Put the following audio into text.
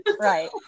right